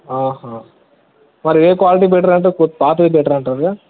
హా మరి ఏ క్వాలిటీ బెటర్ అంటారు కొ పాతవి బటర్ అంటారా